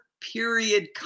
period